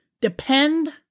depend